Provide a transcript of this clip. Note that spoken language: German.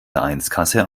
vereinskasse